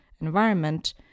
environment